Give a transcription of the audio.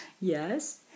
yes